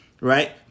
right